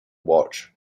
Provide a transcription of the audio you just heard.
watch